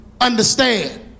Understand